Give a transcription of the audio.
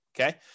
Okay